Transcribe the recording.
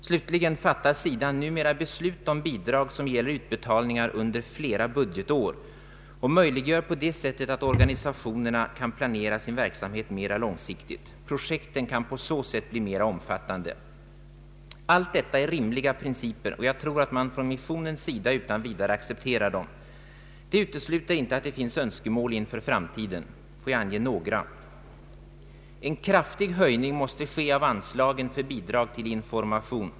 8) SIDA fattar numera beslut om bidrag som gäller utbetalningar under flera budgetår och möjliggör på det sättet att organisationerna kan planera sin verksamhet mera långsiktigt. Projekten kan på så sätt bli mera omfattande. Allt detta är rimliga principer, och jag tror att man från missionens sida utan vidare accepterar dem. Det utesluter emellertid inte att det finns önskemål inför framtiden. Här är några: 1) En kraftig höjning måste ske av anslagen för bidrag till information.